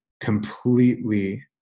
completely